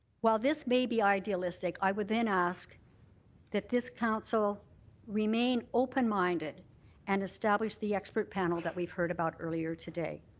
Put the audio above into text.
while this may be idealistic, i would then ask that this council remain open minded and establish the expert panel that we've heard about earlier today.